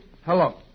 hello